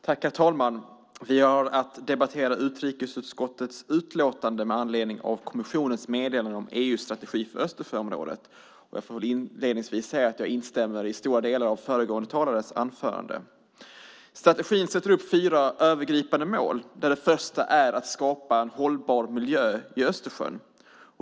Herr talman! Vi har nu att debattera utrikesutskottets utlåtande med anledning av kommissionens meddelande om EU:s strategi för Östersjöområdet. Inledningsvis vill jag säga att jag instämmer i stora delar av föregående talares anförande. I strategin sätts fyra övergripande mål upp. Det första målet är att skapa en hållbar miljö i Östersjön.